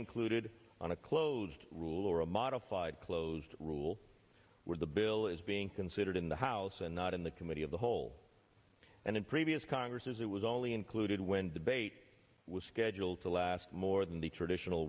included on a closed rule or a modified closed rule where the bill is being considered in the house and not in the committee of the whole and in previous congresses it was only included when debate was scheduled to last more than the traditional